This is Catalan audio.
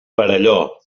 perelló